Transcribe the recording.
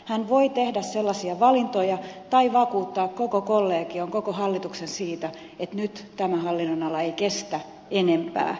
hän voi tehdä sellaisia valintoja tai vakuuttaa koko kollegion koko hallituksen siitä että nyt tämä hallinnonala ei kestä enempää